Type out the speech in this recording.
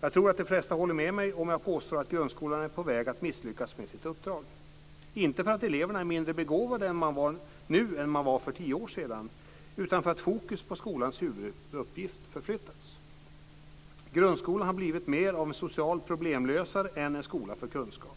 Jag tror att de flesta håller med mig om jag påstår att grundskolan är på väg att misslyckas med sitt uppdrag. Det sker inte för att eleverna är mindre begåvade nu än vad elever var för tio år sedan, utan för att fokus på skolans huvuduppgift förflyttats. Grundskolan har blivit mer av en social problemlösare än en skola för kunskap.